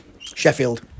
Sheffield